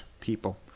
people